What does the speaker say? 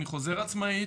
אני חוזר עצמאית,